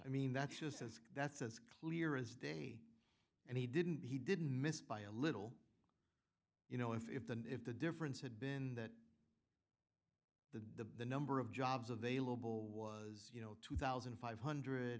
i mean that's just as that's as clear as day and he didn't he didn't miss by a little you know if the if the difference had been that the number of jobs available was you know two thousand five hundred